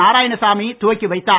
நாராயணசாமி துவக்கி வைத்தார்